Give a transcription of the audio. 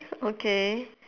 okay